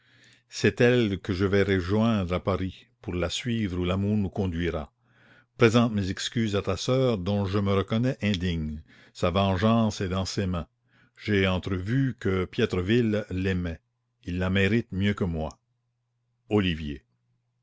c'est elle que je vais rejoindre à paris pour la suivre où l'amour nous conduira présentes mes excuses à ta soeur dont je me reconnais indigne sa vengeance est dans ses mains j'ai entrevu que piétreville l'aimait il la mérite mieux que moi olivier